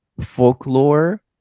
Folklore